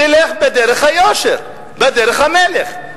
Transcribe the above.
תלך בדרך היושר, בדרך המלך.